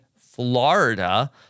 Florida